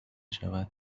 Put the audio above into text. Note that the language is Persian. شود